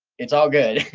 it's all good.